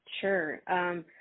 Sure